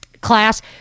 class